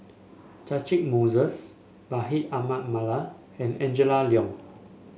Catchick Moses Bashir Ahmad Mallal and Angela Liong